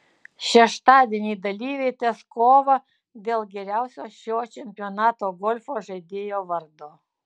šeštadienį dalyviai tęs kovą dėl geriausio šio čempionato golfo žaidėjo vardo